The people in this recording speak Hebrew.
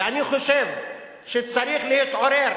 ואני חושב שצריך להתעורר